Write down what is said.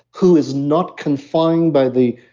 who is not confined by the.